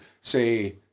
say